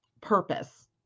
purpose